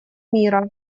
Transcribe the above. мира